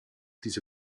diese